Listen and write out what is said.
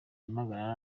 impagarara